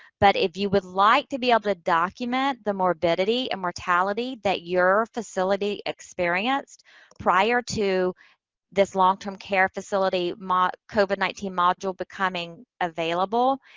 but if you would like to be able to document the morbidity and mortality that your facility experienced prior to this long-term care facility covid nineteen module becoming available,